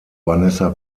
vanessa